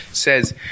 says